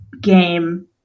game